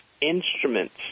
instruments